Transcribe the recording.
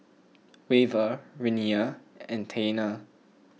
Wava Renea and Taina